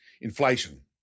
Inflation